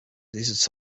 these